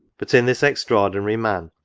but, in this extraordinary man,